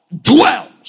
dwells